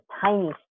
tiny